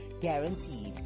guaranteed